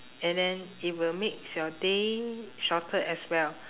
and then it will makes your day shorter as well